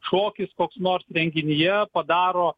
šokis koks nors renginyje padaro